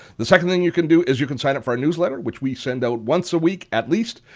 the second thing you can do is you can sign up for our newsletter which we send out once a week at least,